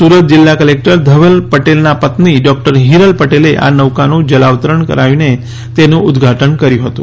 સુરત જિલ્લા ક્લેક્ટર ધવલ પટેલના પત્ની ડોક્ટર હિરલ પટેલે આ નૌકાનું જલાવતરણ કરાવીને તેનું ઉદઘાટન કર્યું હતું